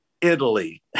italy